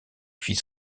fit